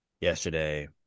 yesterday